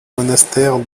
monastère